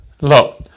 Lo